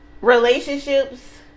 relationships